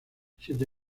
siete